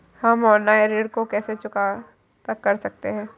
हम ऑनलाइन ऋण को कैसे चुकता कर सकते हैं?